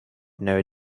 know